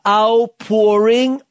outpouring